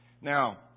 Now